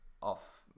off